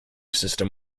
system